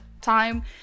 time